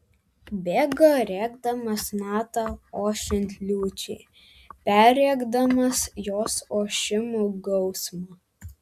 bėgo rėkdamas natą ošiant liūčiai perrėkdamas jos ošimo gausmą